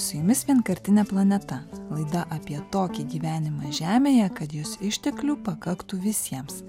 su jumis vienkartinė planeta laida apie tokį gyvenimą žemėje kad jos išteklių pakaktų visiems